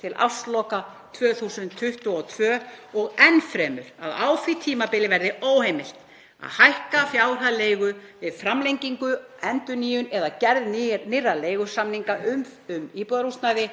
til ársloka 2024 og enn fremur að á því tímabili verði óheimilt að hækka fjárhæð leigu við framlengingu, endurnýjun eða gerð nýrra leigusamninga um íbúðarhúsnæði